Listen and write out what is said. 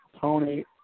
Tony